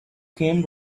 came